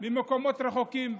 ממקומות רחוקים,